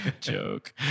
joke